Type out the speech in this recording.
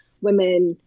women